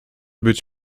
być